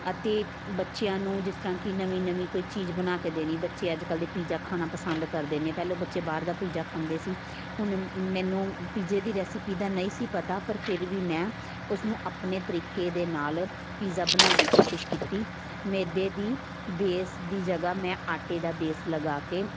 ਅਤੇ ਬੱਚਿਆਂ ਨੂੰ ਜਿਸ ਤਰ੍ਹਾਂ ਕਿ ਨਵੀਂ ਨਵੀਂ ਕੋਈ ਚੀਜ਼ ਬਣਾ ਕੇ ਦੇਣੀ ਬੱਚੇ ਅੱਜ ਕੱਲ੍ਹ ਦੇ ਪੀਜ਼ਾ ਖਾਣਾ ਪਸੰਦ ਕਰਦੇ ਨੇ ਪਹਿਲਾਂ ਬੱਚੇ ਬਾਹਰ ਦਾ ਪੀਜ਼ਾ ਖਾਂਦੇ ਸੀ ਹੁਣ ਮੈਨੂੰ ਪੀਜ਼ੇ ਦੀ ਰੈਸਿਪੀ ਤਾਂ ਨਹੀਂ ਸੀ ਪਤਾ ਪਰ ਫਿਰ ਵੀ ਮੈਂ ਉਸਨੂੰ ਆਪਣੇ ਤਰੀਕੇ ਦੇ ਨਾਲ ਪੀਜ਼ਾ ਬਣਾਉਣ ਦੀ ਕੋਸ਼ਿਸ਼ ਕੀਤੀ ਮੈਦੇ ਦੀ ਬੇਸ ਦੀ ਜਗ੍ਹਾ ਮੈਂ ਆਟੇ ਦਾ ਬੇਸ ਲਗਾ ਕੇ